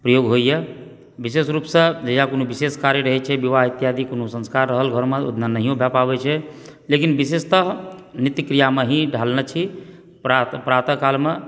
प्रयोग होइए विशेष रूपसँ जहिया कोनो विशेष कार्य रहए छै विवाह इत्यादि कोनो संस्कार रहल घरमे ओहि दिना नहियो भए पाबय छै लेकिन विशेषतः नित्य क्रियामे ही ढालनाइ छी प्रातः कालमे